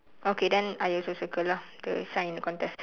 okay then I also circle lah the shine in the contest